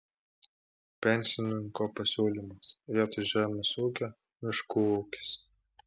pensininko pasiūlymas vietoj žemės ūkio miškų ūkis